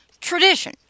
Tradition